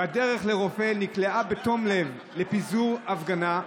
בדרך לרופא, נקלעה בתום לב לפיזור הפגנה.